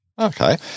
Okay